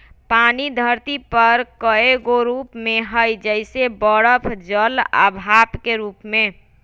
पानी धरती पर कए गो रूप में हई जइसे बरफ जल आ भाप के रूप में